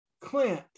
Clint